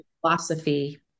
philosophy